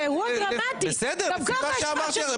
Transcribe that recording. זה אירוע דרמטי, גם כך יש פער של --- למה?